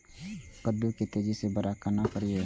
कद्दू के तेजी से बड़ा केना करिए?